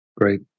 great